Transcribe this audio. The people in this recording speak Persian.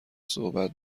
صحبت